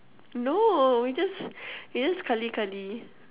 no we just we just cuddly cuddly